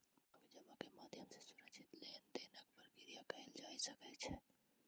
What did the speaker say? मांग जमा के माध्यम सॅ सुरक्षित लेन देनक प्रक्रिया कयल जा सकै छै